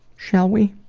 shall we?